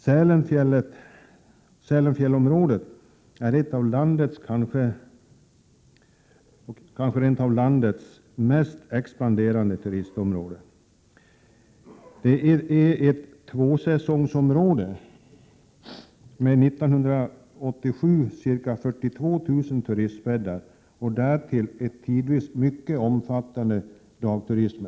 Sälenfjällsområdet är kanske landets mest expanderande turistområde. Det är ett tvåsäsongsområde som 1987 hade ca 42 000 turistbäddar och därtill en tidvis mycket omfattande dagturism.